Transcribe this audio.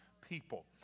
people